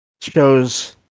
...shows